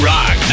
Rock